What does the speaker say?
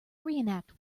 reenact